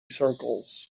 circles